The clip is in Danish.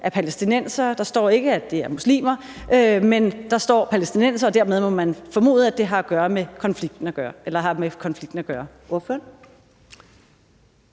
af palæstinensere – der står ikke, at det er muslimer, men der står palæstinensere, og dermed må man formode, at det har med konflikten at gøre.